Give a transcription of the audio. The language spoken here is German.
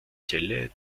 zelle